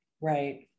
Right